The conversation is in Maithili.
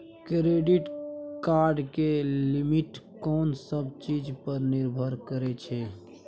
क्रेडिट कार्ड के लिमिट कोन सब चीज पर निर्भर करै छै?